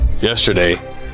yesterday